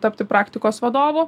tapti praktikos vadovu